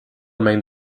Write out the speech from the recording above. mind